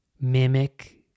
mimic